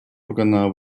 органа